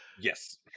Yes